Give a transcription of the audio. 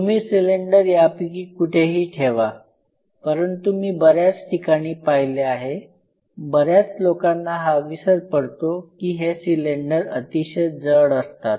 तुम्ही सिलेंडर यापैकी कुठेही ठेवा परंतु मी बऱ्याच ठिकाणी पाहिले आहे बऱ्याच लोकांना हा विसर पडतो की हे सिलेंडर अतिशय जड असतात